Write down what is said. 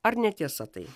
ar netiesa tai